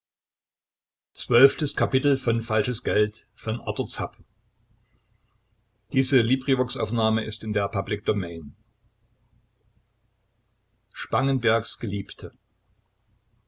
spangenberg der geliebte